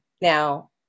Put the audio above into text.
Now